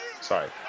Sorry